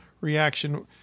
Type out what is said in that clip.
reaction